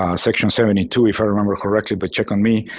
ah section seventy two, if i remember correctly, but check on me,